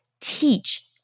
teach